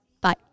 bye